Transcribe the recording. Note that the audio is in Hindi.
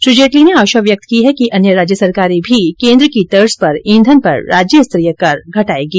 श्री जेटली ने आशा व्यक्त की है कि अन्य राज्य सरकारें भी केंद्र की तर्ज पर ईंधन पर राज्य स्तरीय कर घटाएंगी